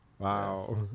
Wow